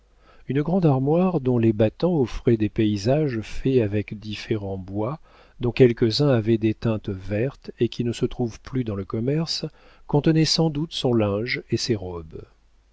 une grande armoire dont les battants offraient des paysages faits avec différents bois dont quelques-uns avaient des teintes vertes et qui ne se trouvent plus dans le commerce contenait sans doute son linge et ses robes